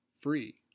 free